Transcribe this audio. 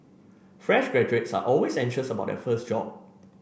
fresh graduates are always anxious about their first job